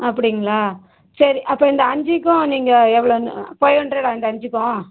அப்படிங்களா சரி அப்போ இந்த அஞ்சுக்கும் நீங்கள் எவ்வளோன்னு ஃபைவ் ஹண்ட்ரெடா இந்த அஞ்சுக்கும்